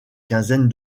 quinzaine